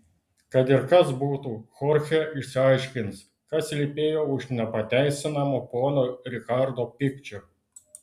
kad ir kas būtų chorchė išsiaiškins kas slypėjo už nepateisinamo pono rikardo pykčio